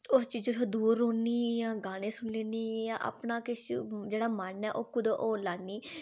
उस चीजै शा दूर रौह्न्नीं जां गाने सुनी लैन्नी जां अपना किश जेह्ड़ा मन ऐ ओह् कुतै होर लान्नी